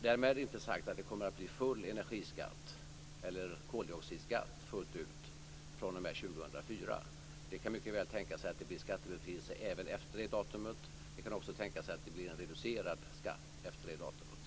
Därmed är inte sagt att det kommer att bli full energiskatt eller koldioxidskatt fullt ut fr.o.m. 2004. Det kan mycket väl tänkas bli skattebefrielse även efter det datumet. Det kan också tänkas bli en reducerad skatt efter det datumet.